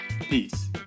Peace